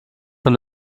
von